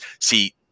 See